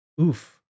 Oof